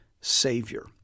Savior